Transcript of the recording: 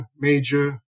major